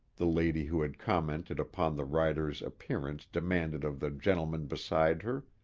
the lady who had commented upon the rider's appearance demanded of the gentleman beside her.